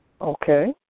Okay